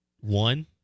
one